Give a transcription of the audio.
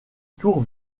tours